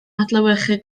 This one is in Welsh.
adlewyrchu